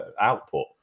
output